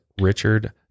Richard